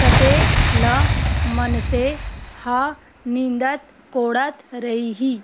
कतेक ल मनसे ह निंदत कोड़त रइही